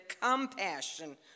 compassion